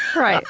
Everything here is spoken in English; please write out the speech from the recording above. right